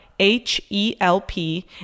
H-E-L-P